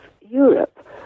Europe